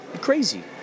crazy